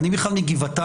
ואני בכלל מגבעתיים.